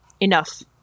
enough